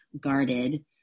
guarded